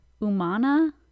Umana